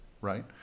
right